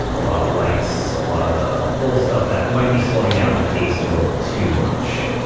a lot of likes, a lot of the little stuff that might be slowing down the pace a little too much.